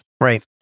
Right